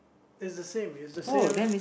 is the same is the same